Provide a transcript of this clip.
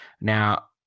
Now